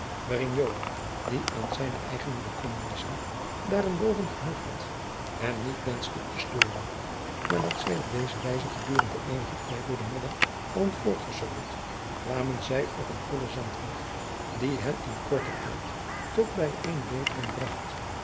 waarin joan die aan zijne eigene bekommernissen daarenboven genoeg had hem niet wenschte te storen nadat zij op deze wijze gedurende eenigen tijd door jacob van lennep de pleegzoon den modder hadden voortgesukkeld kwamen zij op een gullen zandweg die hen in korten tijd tot bij eene wetering bracht